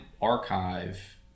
archive